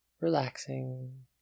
relaxing